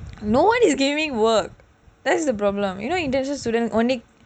no one is giving work that's the problem you know international students only